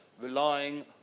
relying